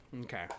Okay